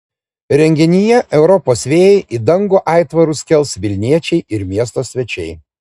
renginyje europos vėjai į dangų aitvarus kels vilniečiai ir miesto svečiai